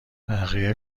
بقیه